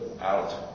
out